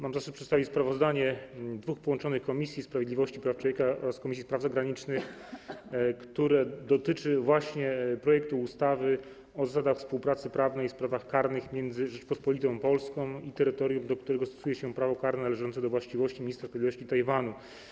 Mam zaszczyt przedstawić sprawozdanie dwóch połączonych Komisji Sprawiedliwości i Praw Człowieka oraz Komisji Spraw Zagranicznych, które dotyczy właśnie projektu ustawy o zasadach współpracy prawnej w sprawach karnych między Rzecząpospolitą Polską i terytorium, do którego stosuje się prawo karne należące do właściwości Ministra Sprawiedliwości Tajwanu.